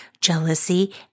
jealousy